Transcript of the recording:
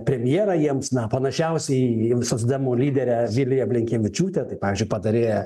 premjerą jiems na panašiausią į socdemų lyderę viliją blinkevičiūtę tai pavyzdžiui patarėja